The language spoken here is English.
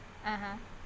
(uh huh)